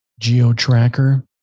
geotracker